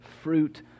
fruit